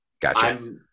Gotcha